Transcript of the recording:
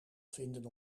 vinden